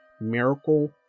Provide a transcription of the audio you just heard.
miracle